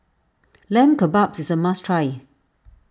Lamb Kebabs is a must try